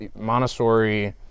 Montessori